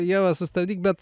ieva sustabdyk bet